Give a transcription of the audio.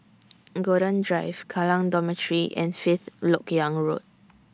Golden Drive Kallang Dormitory and Fifth Lok Yang Road